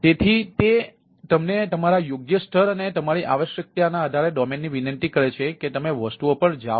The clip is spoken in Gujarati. તેથી તે તમને તમારા યોગ્ય સ્તર અને તમારી આવશ્યકતાના આધારે ડોમેનની વિનંતી કરે છે કે તમે વસ્તુઓ પર જાઓ